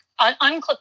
unclip